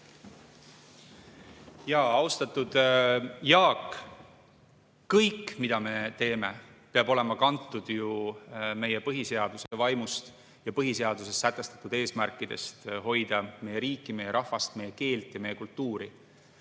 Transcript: Austatud Jaak! kõik, mida me teeme, peab olema kantud meie põhiseaduse vaimust ja põhiseaduses sätestatud eesmärkidest – hoida meie riiki, meie rahvast, meie keelt ja meie kultuuri.